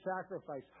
sacrifice